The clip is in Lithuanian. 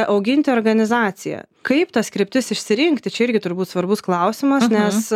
auginti organizaciją kaip tas kryptis išsirinkti čia irgi turbūt svarbus klausimas nes